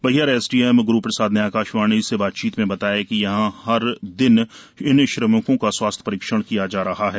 Baihar SDM Guruprasad ने आकाशवाणी से बातचीत में बताया कि यहां हर इन श्रमिकों का स्वास्थ्य परीक्षण भी किया जा रहा है